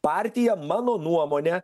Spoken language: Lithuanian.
partija mano nuomone